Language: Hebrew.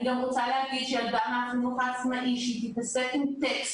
אני גם רוצה להגיד שילדה מהחינוך העצמאי שתתעסק עם טקסט,